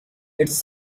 its